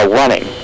running